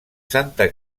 santa